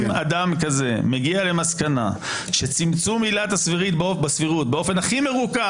אם אדם כזה מגיע למסקנה שצמצום עילת הסבירות באופן הכי מרוכך,